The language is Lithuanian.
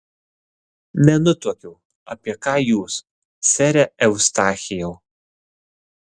nenutuokiu apie ką jūs sere eustachijau